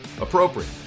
appropriate